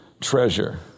treasure